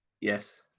Yes